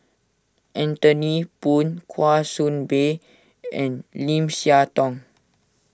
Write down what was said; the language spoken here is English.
Anthony Poon Kwa Soon Bee and Lim Siah Tong